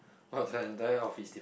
!wah! the entire outfit is diff~